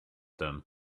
them